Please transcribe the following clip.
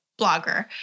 blogger